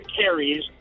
carries